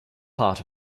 part